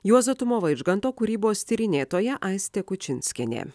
juozo tumo vaižganto kūrybos tyrinėtoja aistė kučinskienė